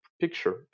picture